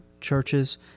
churches